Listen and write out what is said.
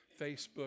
Facebook